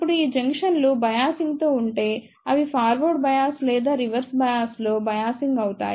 ఇప్పుడు ఈ జంక్షన్లు బయాసింగ్ తో ఉంటే అవి ఫార్వర్డ్ బయాస్ లేదా రివర్స్ బయాస్ లో బయాసింగ్ అవుతాయి